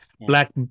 Black